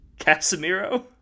Casemiro